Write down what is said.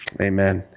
amen